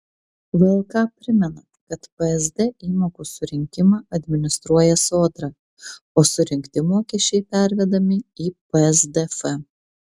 vlk primena kad psd įmokų surinkimą administruoja sodra o surinkti mokesčiai pervedami į psdf